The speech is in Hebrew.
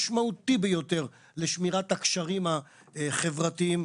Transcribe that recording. משמעותי ביותר לשמירת הקשרים החברתיים,